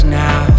now